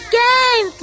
game